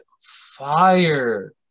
fire